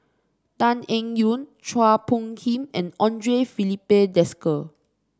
Tan Eng Yoon Chua Phung Kim and Andre Filipe Desker